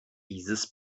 dieses